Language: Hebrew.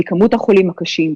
מכמות החולים הקשים.